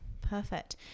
perfect